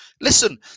Listen